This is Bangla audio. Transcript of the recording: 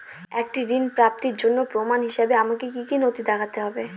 একটি ঋণ প্রাপ্তির জন্য প্রমাণ হিসাবে আমাকে কী কী নথি দেখাতে হবে?